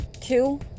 two